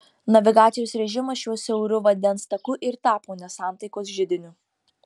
navigacijos režimas šiuo siauru vandens taku ir tapo nesantaikos židiniu